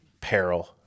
peril